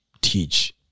teach